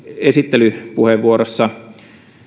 esittelypuheenvuorossa